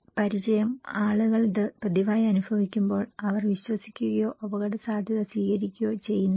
പരിചയം ആളുകൾ ഇത് പതിവായി അനുഭവിക്കുമ്പോൾ അവർ വിശ്വസിക്കുകയോ അപകടസാധ്യത സ്വീകരിക്കുകയോ ചെയ്യുന്നില്ല